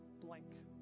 blank